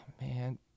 man